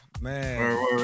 Man